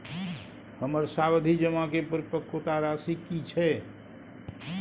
हमर सावधि जमा के परिपक्वता राशि की छै?